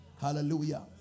Hallelujah